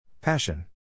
Passion